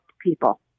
people